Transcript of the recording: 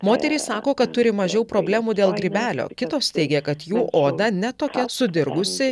moterys sako kad turi mažiau problemų dėl grybelio kitos teigia kad jų oda ne tokia sudirgusi